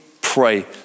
pray